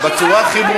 זו זעקת הקוזק הנגזל.